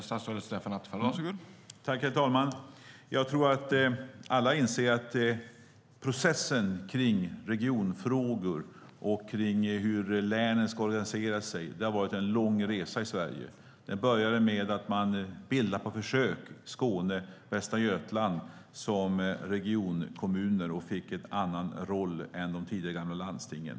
Herr talman! Jag tror att alla inser att processen kring regionfrågor och kring hur länen ska organisera sig har varit en lång resa i Sverige. Den började med att man på försök bildade Skåne och Västra Götaland som regionkommuner och de fick en annan roll än de tidigare gamla landstingen.